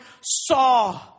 saw